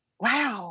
Wow